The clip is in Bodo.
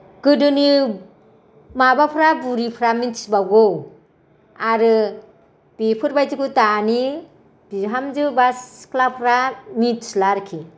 गोदोनि माबाफोरा बुरिफ्रा मिनथिबावगौ आरो बेफोरबायदिखौ दानि बिहामजो बा सिख्लाफ्रा मिथिला आरोखि